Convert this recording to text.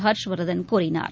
ஹர்ஷ்வர்தன் கூறினார்